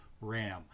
RAM